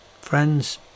friends